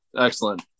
excellent